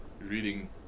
reading